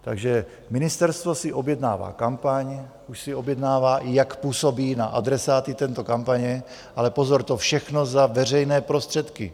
Takže ministerstvo si objednává kampaň, už si objednává i, jak působí na adresáty této kampaně, ale pozor, to všechno za veřejné prostředky!